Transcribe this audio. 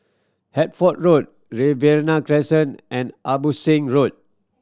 Hertford Road Riverina Crescent and Abbotsingh Road